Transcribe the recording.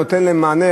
שנותן להם מענה.